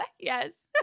Yes